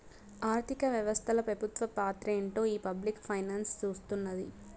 ఆర్థిక వ్యవస్తల పెబుత్వ పాత్రేంటో ఈ పబ్లిక్ ఫైనాన్స్ సూస్తున్నాది